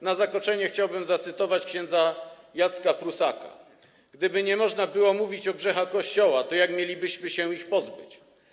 Na zakończenie chciałbym zacytować ks. Jacka Prusaka: Gdyby nie można było mówić o grzechach Kościoła, to jak mielibyśmy się ich pozbyć?